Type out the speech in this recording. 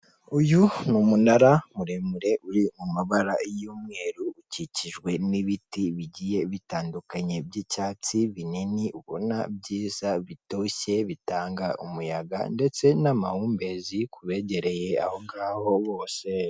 Uyu n'umunara muremure uri mu mabara y'umweru ukikijwe n'ibiti bigiye bitandukanye by'icyatsi binini ubona byiza bitoshye bitanga umuyaga ndetse n'amahumbezi ku begereye aho ngaho bose.